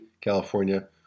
California